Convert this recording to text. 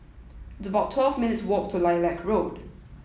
it's about twelve minutes' walk to Lilac Road